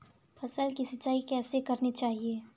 फसल की सिंचाई कैसे करनी चाहिए?